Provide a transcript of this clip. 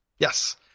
Yes